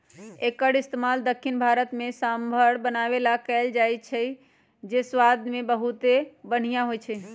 एक्कर इस्तेमाल दख्खिन भारत में सांभर बनावे ला कएल जाई छई जे स्वाद मे बहुते बनिहा होई छई